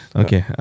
okay